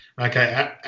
Okay